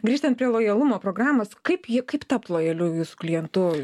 grįžtant prie lojalumo programos kaip ji kaip tapt lojaliu jūsų klientu